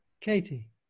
Katie